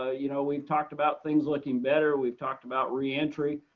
ah you know, we've talked about things looking better, we've talked about reentry,